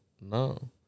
No